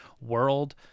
world